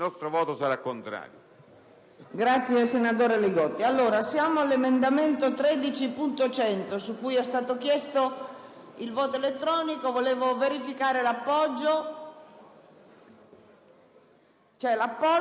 Non un'azione concreta, non un'indagine fruttuosa: un fallimento non imputabile al personale in servizio, che in larga parte è lo stesso che ha efficacemente supportato l'attività dell'Alto commissario,